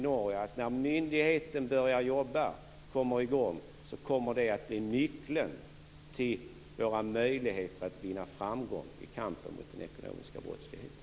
När myndigheten börjar jobba, när den kommer i gång, så kommer den precis som i Norge att bli nyckeln till våra möjligheter att vinna framgång i kampen mot den ekonomiska brottsligheten.